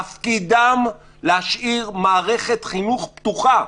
תפקידם להשאיר מערכת חינוך פתוחה.